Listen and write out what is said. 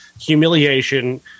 humiliation